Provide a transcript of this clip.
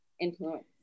influence